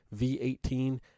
V18